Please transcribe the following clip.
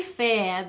fair